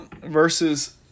versus